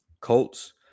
Colts